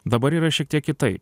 dabar yra šiek tiek kitaip